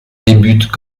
débute